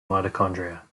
mitochondria